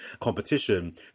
competition